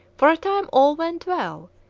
for a time all went well,